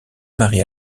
marie